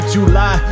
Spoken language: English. July